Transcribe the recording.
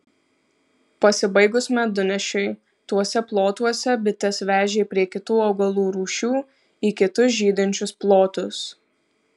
pasibaigus medunešiui tuose plotuose bites vežė prie kitų augalų rūšių į kitus žydinčius plotus